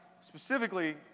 specifically